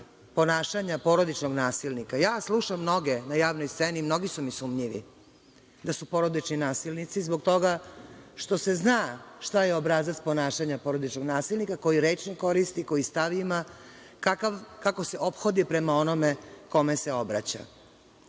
ponašanja porodičnog nasilnika. Ja slušam mnoge na javnoj sceni i mnogi su mi sumnjivi da su porodični nasilnici, zbog toga što se zna šta je obrazac ponašanja porodičnog nasilnika, koji rečnik koristi, koji stav ima, kako se ophodi prema onome kome se obraća.